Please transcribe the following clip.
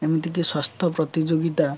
ଏମିତିକି ସ୍ୱାସ୍ଥ୍ୟ ପ୍ରତିଯୋଗିତା